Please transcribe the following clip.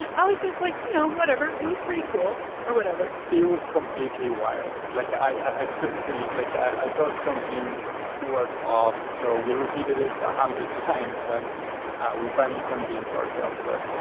ah ah says, like, you know, whatever it was pretty cool or whatever it was completely wild. like, i couldn't believe. like, i thought something was off. so we repeated it a hundred times, and we finally convinced ourselves that,